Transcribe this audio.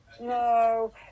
No